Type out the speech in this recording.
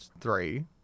three